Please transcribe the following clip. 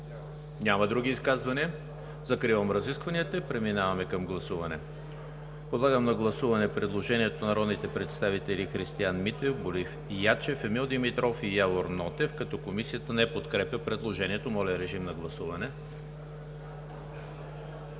Няма. Други изказвания? Няма. Закривам разискванията и преминаваме към гласуване. Подлагам на гласуване предложението на народните представители Христиан Митев, Борис Ячев, Емил Димитров и Явор Нотев, което Комисията не подкрепя. Гласували